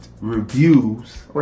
reviews